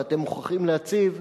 ואתם מוכרחים להציב,